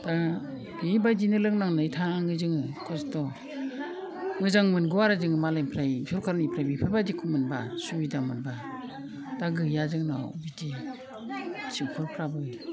दा बेबायदिनो लोंनांनाय थानाङो जोङो खस्थ' मोजां मोनगौ आरो जों मालायनिफ्राय सरखारनिफ्राय बेफोरबायदिखौ मोनब्ला सुबिदा मोनब्ला दा गैया जोंनाव बिदि थिफखलफ्राबो